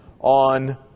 On